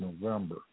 november